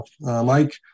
Mike